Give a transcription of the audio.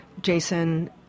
Jason